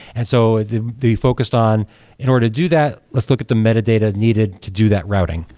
and so ah the the focus on in order to do that, let's look at the metadata needed to do that routing.